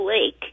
Lake